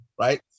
Right